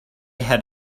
had